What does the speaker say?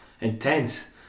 Intense